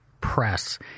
press